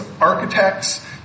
architects